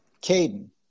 Caden